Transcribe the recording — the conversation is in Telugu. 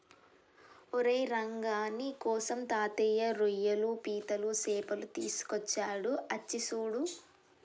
ఓరై రంగ నీకోసం తాతయ్య రోయ్యలు పీతలు సేపలు తీసుకొచ్చాడు అచ్చి సూడు